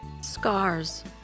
Scars